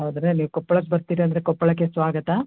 ಹೌದ್ರ ಅಲ್ಲಿ ಕೊಪ್ಳಕ್ಕೆ ಬರ್ತೀರ ಅಂದರೆ ಕೊಪ್ಪಳಕ್ಕೆ ಸ್ವಾಗತ